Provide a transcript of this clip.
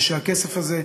ושהכסף הזה,